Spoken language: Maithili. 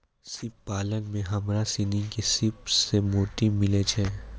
सिप पालन में हमरा सिनी के सिप सें मोती मिलय छै